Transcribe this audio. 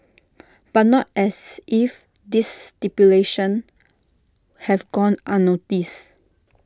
but not as if this stipulations have gone unnoticed